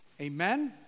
Amen